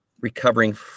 recovering